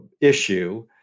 issue